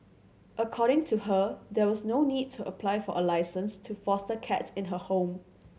according to her there was no need to apply for a licence to foster cats in her home